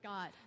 God